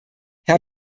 herr